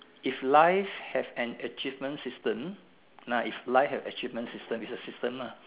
if life have an achievement system ah if life have achievement system it's a system ah